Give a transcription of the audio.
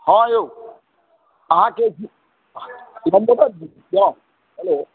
हॅं यौ अहाँ के छी लम्बोदर जी छियहूँ हेल्लो